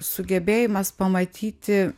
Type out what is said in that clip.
sugebėjimas pamatyti